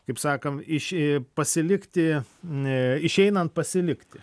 kaip sakant iš ė pasilikti e išeinant pasilikti